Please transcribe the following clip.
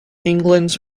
england’s